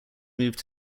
moved